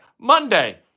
Monday